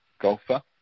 golfer